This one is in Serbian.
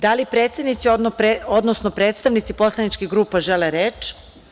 Da li predsednici, odnosno predstavnici poslaničkih grupa žele reč?